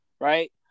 right